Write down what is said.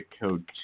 Code